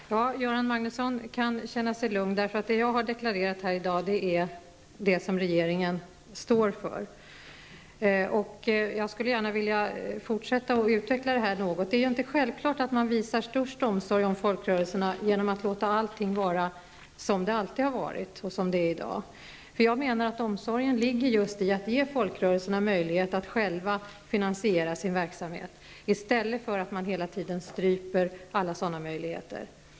Fru talman! Göran Magnusson kan känna sig lugn. Det som jag har deklarerat här i dag är vad regeringen står för. Jag skulle gärna vilja utveckla detta något. Det är inte självklart att det bästa sättet att visa omsorg om folkrörelserna är att låta allting vara som det alltid har varit och som det är i dag. Jag menar att omsorgen just ligger i att man ger folkrörelserna möjlighet att själva finansiera sin verksamhet i stället för att man hela tiden stryper alla sådana möjligheter.